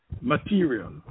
material